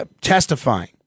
testifying